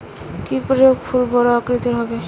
কি প্রয়োগে ফুল বড় আকৃতি হবে?